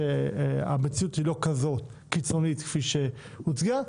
שהמציאות היא לא כזאת קיצונית כפי שהוצגה.